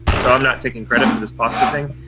so, i'm not taking credit for this pasta thing,